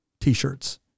t-shirts